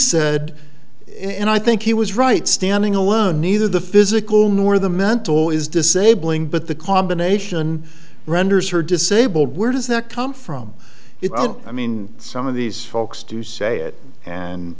said in i think he was right standing alone neither the physical nor the mental is disabling but the combination renders her disabled where does that come from i mean some of these folks do say it and